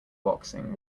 boxing